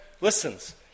listens